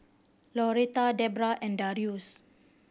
Laurette Debbra and Darius